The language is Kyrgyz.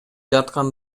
жаткан